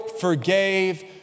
forgave